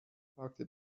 fragte